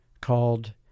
called